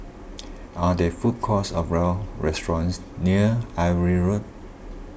are there food courts or restaurants near Irving Road